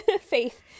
Faith